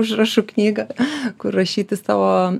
užrašų knygą rašyti savo